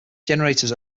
generators